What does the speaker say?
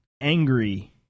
angry